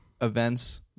events